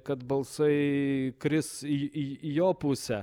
kad balsai kris į į į jo pusę